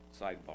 sidebar